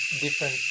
different